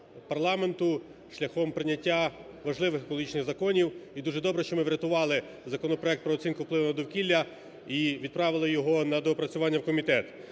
парламенту шляхом прийняття важливих екологічних законів. І дуже добре, що ми врятували законопроект про оцінку впливу на довкілля і відправили його на доопрацювання в комітет.